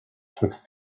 twixt